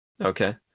Okay